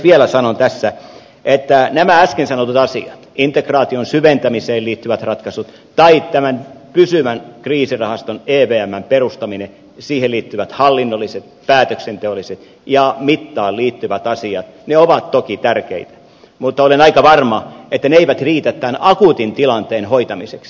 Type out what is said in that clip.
vielä sanon tässä että nämä äsken sanotut asiat integraation syventämiseen liittyvät ratkaisut tai tämän pysyvän kriisirahaston evmn perustaminen ja siihen liittyvät hallinnolliset päätöksenteolliset ja mittaan liittyvät asiat ovat toki tärkeitä mutta olen aika varma että ne eivät riitä tämän akuutin tilanteen hoitamiseksi